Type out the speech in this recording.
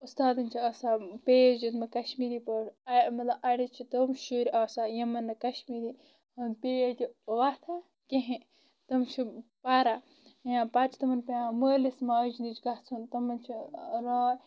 اُستادن چھُ اسان پیج دِیتمُت کشمیٖری پٲٹھۍ مطلب اڑٮ۪ن چھِ تِم شُرۍ آسان ییٚمہِ نہٕ کشمیٖری پیج وۄتھان کہیٖنۍ تِم چھِ واریاہ یا پتہٕ چھِ تِمن پٮ۪وان مٲلِس ماجہِ نِش گژھُن تِمن چھِ راے